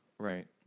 Right